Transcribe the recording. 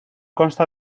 consta